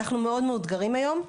אנחנו מאוד מאותגרים היום.